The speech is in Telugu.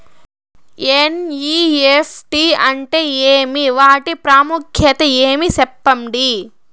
ఎన్.ఇ.ఎఫ్.టి అంటే ఏమి వాటి ప్రాముఖ్యత ఏమి? సెప్పండి?